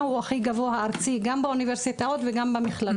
הוא הכי גבוה ארצי גם באוניברסיטאות וגם במכללות.